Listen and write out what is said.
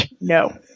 No